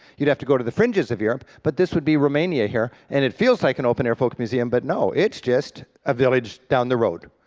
you'd have to go to the fringes of europe, but this would be romania here, and it feels like an open-air folk museum, but no, it's just a village down the road.